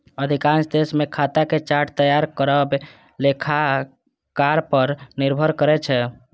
अधिकांश देश मे खाताक चार्ट तैयार करब लेखाकार पर निर्भर करै छै